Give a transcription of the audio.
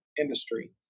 industry